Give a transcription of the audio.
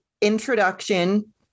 introduction